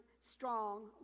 strong